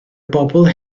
bobl